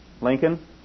Lincoln